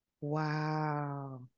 Wow